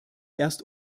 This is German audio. erst